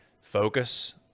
focus